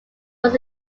was